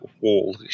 wall